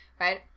right